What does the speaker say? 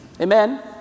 Amen